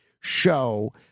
show